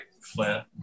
Flint